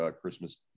Christmas